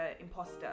imposter